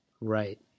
Right